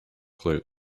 clue